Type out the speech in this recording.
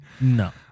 No